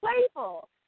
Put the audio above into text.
playful